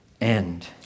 end